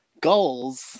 goals